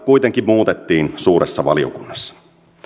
kuitenkin muutettiin suuressa valiokunnassa